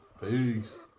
Peace